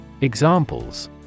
Examples